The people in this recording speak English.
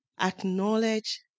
acknowledge